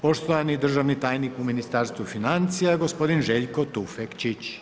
Poštovani državni tajnik u Ministarstvu financija, gospodin Željko Tufekčić.